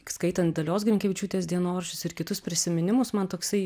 skaitant dalios grinkevičiūtės dienoraščius ir kitus prisiminimus man toksai